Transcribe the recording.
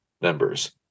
members